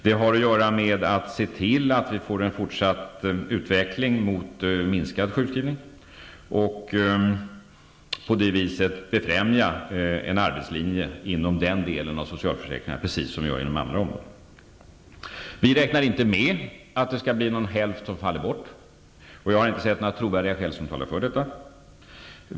Det har att göra med att se till att få en fortsatt utveckling mot färre sjukskrivningar och på det viset befrämja en arbetslinje inom den delen av socialförsäkringarna, precis som man gör inom andra områden. Vi räknar inte med att hälften faller bort -- jag har inte sett några trovärdiga skäl som talar för detta.